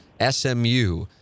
SMU